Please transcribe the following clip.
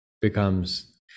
becomes